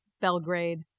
Belgrade